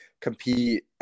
compete